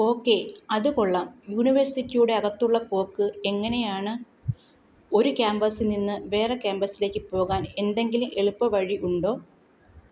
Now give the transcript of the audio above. okay അത് കൊള്ളാം യൂണിവേഴ്സിറ്റിയുടെ അകത്തുള്ള പോക്ക് എങ്ങനെയാണ് ഒരു ക്യാമ്പസിൽ നിന്ന് വേറെ ക്യാമ്പസിലേക്ക് പോകാൻ എന്തെങ്കിലും എളുപ്പവഴി ഉണ്ടോ